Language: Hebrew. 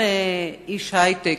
הם נועדו גם לעובד ההיי-טק,